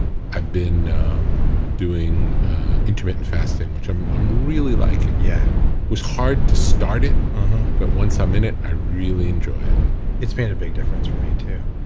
i've been um doing intermittent fasting, which i'm i'm really liking. yeah was hard to start it but once i'm in it, i really enjoy it it's made a big difference for me too.